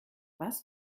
was